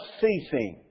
ceasing